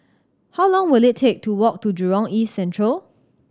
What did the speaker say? how long will it take to walk to Jurong East Central